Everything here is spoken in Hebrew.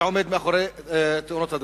שעומד מאחורי תאונות הדרכים.